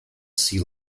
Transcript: sea